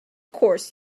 course